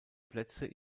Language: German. plätze